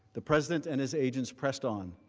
the president and his agents pressed on.